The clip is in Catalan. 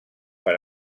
per